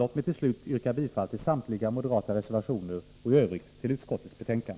Låt mig till slut yrka bifall till samtliga moderata reservationer och i övrigt bifall till utskottets hemställan.